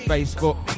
Facebook